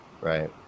Right